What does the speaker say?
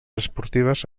esportives